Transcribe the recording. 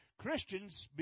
Christians